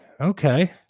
Okay